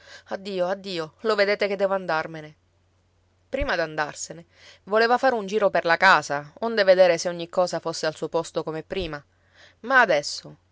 addio addio lo vedete che devo andarmene prima d'andarsene voleva fare un giro per la casa onde vedere se ogni cosa fosse al suo posto come prima ma adesso